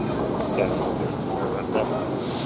ம் ம் சரி ஓகேண்ணா ஆகும்ண்ணா